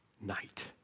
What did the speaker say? night